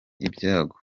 ibyago